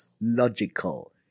logical